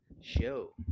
show